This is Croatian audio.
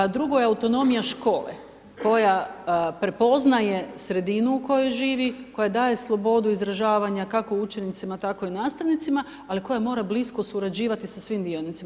Drugo je autonomija škole koja prepoznaje sredinu u kojoj živi, kojoj daje slobodu izražavanja kako učenicima, tako i nastavnicima, ali koja mora blisko surađivati sa svim dionicima.